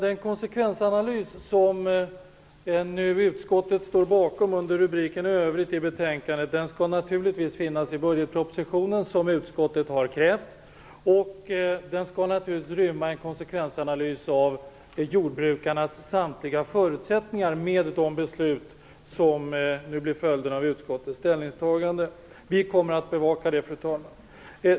Den konsekvensanalys som föreslagits under rubriken Övrigt i betänkandet skall naturligtvis, som utskottet krävt, finnas med i budgetpropositionen. Det skall naturligtvis vara en analys av jordbrukarnas samtliga förutsättningar med tanke på de beslut som blir följden av utskottets ställningstagande. Vi kommer att bevaka det, fru talman!